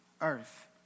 earth